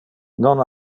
non